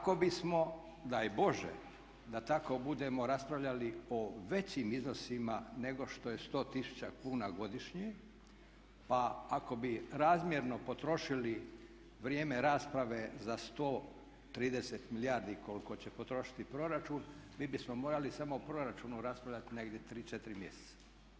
Ako bismo, daj Bože da tako budemo raspravljali o većim iznosima nego što je 100.000 kuna godišnje pa ako bi razmjerno potrošili vrijeme rasprave za 130 milijardi koliko će potrošiti proračun mi bismo morali samo o proračunu raspravljati negdje 3, 4 mjeseca.